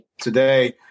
today